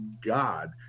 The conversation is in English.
god